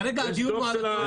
כרגע הדיון הוא על התורים.